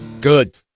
Good